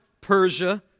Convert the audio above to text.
Persia